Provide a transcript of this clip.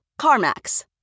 CarMax